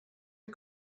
are